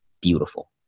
beautiful